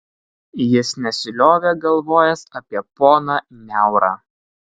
jis nesiliovė galvojęs apie poną niaurą